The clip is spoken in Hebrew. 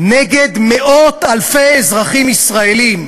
נגד מאות-אלפי אזרחים ישראלים,